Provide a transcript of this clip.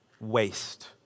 waste